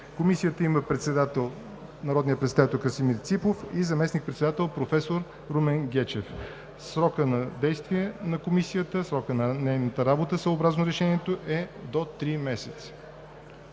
Комисията има за председател народния представител Красимир Ципов и заместник-председател професор Румен Гечев. Срокът на действие, срокът на нейната работа, съобразно решението, е до 3 месеца.